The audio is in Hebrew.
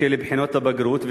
של בחינות הבגרות?